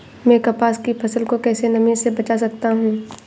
मैं कपास की फसल को कैसे नमी से बचा सकता हूँ?